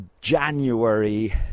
January